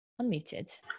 unmuted